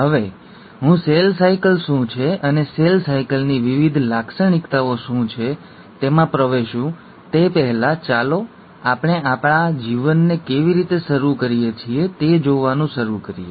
હવે હું cell cycle શું છે અને સેલ સાયકલની વિવિધ લાક્ષણિકતાઓ શું છે તેમાં પ્રવેશું તે પહેલાં ચાલો આપણે આપણા જીવનને કેવી રીતે શરૂ કરીએ છીએ તે જોવાનું શરૂ કરીએ